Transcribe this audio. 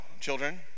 children